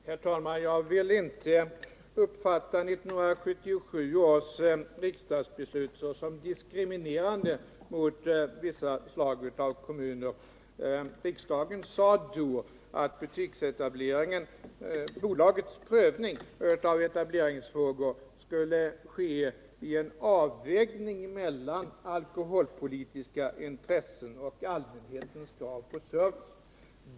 Herr talman! Jag vill inte uppfatta 1977 års riksdagsbeslut såsom diskriminerande mot vissa kommuner. Riksdagen sade i samband med beslutet att bolagets prövning av etableringsfrågor skulle ske genom en avvägning mellan alkoholpolitiska intressen och allmänhetens krav på service.